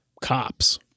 cops